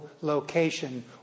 location